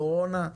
קורונה,